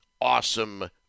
awesome